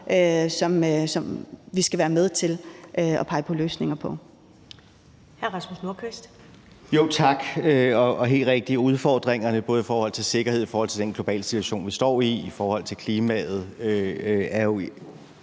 som vi skal være med til at pege på løsninger på.